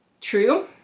true